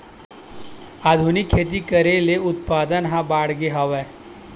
आधुनिक खेती करे ले उत्पादन ह बाड़गे हवय